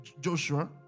joshua